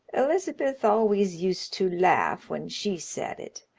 elizabeth always used to laugh when she said it.